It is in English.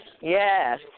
Yes